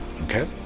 Okay